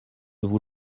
vous